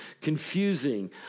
confusing